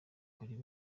kuri